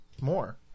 more